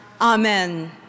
Amen